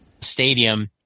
Stadium